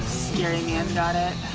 scary man got it.